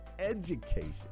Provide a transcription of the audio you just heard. education